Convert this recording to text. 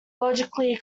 logically